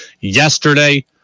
yesterday